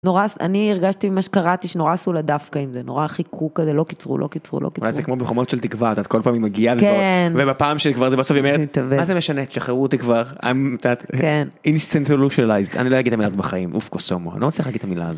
נורא אני הרגשתי ממה שקראתי שנורא עשו לה דווקא אם זה נורא חיכו כזה לא קיצרו לא קיצרו לא קיצרו. זה כמו בחומות של תקווה את כל פעם היא מגיעה ובפעם שכבר זה בסוף היא אומרת מה זה משנת שחררו אותי כבר. אינסטנצולושליזט אני לא אגיד המילה בחיים אוף כוסאומו אני לא רוצה להגיד את המילה הזאת.